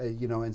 ah you know. and